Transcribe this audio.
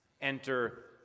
Enter